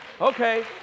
Okay